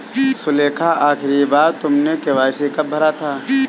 सुलेखा, आखिरी बार तुमने के.वाई.सी कब भरा था?